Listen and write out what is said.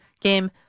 game